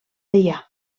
deià